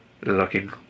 looking